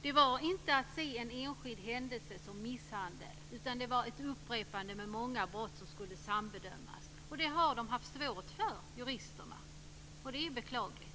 Det handlade inte om att bedöma en enskild händelse som misshandel, utan det var ett upprepande av många brott som skulle sambedömas. Detta har juristerna haft svårt att göra, och det är beklagligt.